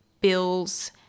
bills